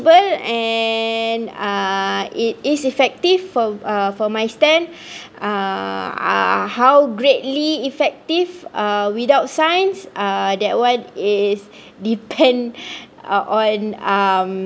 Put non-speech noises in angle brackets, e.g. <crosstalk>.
and uh it is effective for uh for my stand <breath> uh how greatly effective uh without science uh that one is depend <laughs> on um